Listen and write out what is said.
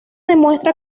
demuestra